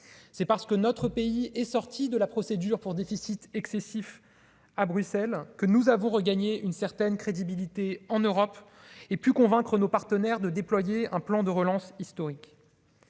c'est parce que notre pays est sorti de la procédure pour déficit excessif à Bruxelles, que nous avons regagné une certaine crédibilité en Europe et plus convaincre nos partenaires de déployer un plan de relance historique